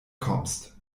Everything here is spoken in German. kommst